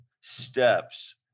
steps